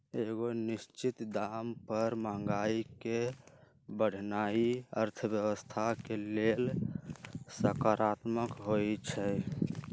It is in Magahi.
एगो निश्चित दाम पर महंगाई के बढ़ेनाइ अर्थव्यवस्था के लेल सकारात्मक होइ छइ